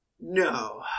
No